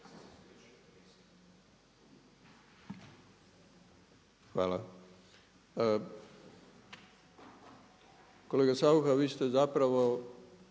Hvala. Kolega Saucha vi ste zapravo